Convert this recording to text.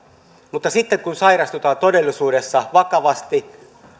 mutta sitten kun sairastutaan todellisuudessa vakavasti